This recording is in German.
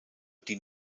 die